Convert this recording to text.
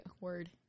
word